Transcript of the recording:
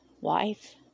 wife